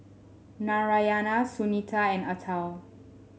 Narayana Sunita and Atal